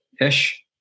ish